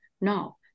no